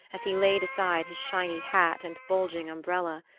as he laid aside his shiny hat and bulging umbrella,